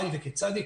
מהי וכיצד היא.